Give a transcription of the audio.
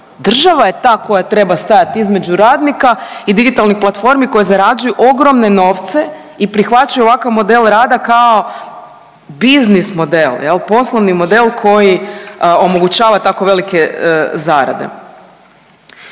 Država je ta koja treba stajat između radnika i digitalnih platformi koje zarađuju ogromne novce i prihvaćaju ovakav model rada kao biznis model jel poslovni model koji omogućava tako velike zarade.